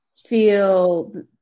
feel